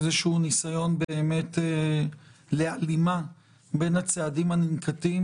איזשהו ניסיון להלימה בין הצעדים הננקטים